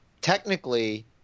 technically